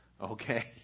Okay